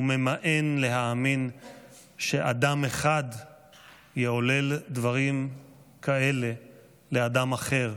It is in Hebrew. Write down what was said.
וממאן להאמין שאדם אחד יעולל דברים כאלה לאדם אחר.